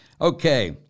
Okay